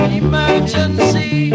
emergency